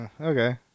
Okay